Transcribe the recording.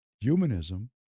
humanism